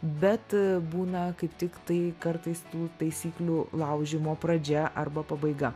bet būna kaip tiktai kartais tų taisyklių laužymo pradžia arba pabaiga